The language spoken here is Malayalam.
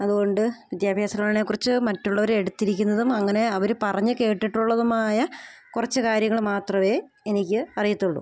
അത്കൊണ്ട് വിദ്യാഭ്യാസ ലോൺനെ കുറിച്ച് മറ്റുള്ളവർ എടുത്തിരിക്കുന്നതും അങ്ങനെ അവർ പറഞ്ഞ് കേട്ടിട്ടുള്ളതും ആയ കുറച്ച് കാര്യങ്ങൾ മാത്രമേ എനിക്ക് അറിയത്തുള്ളൂ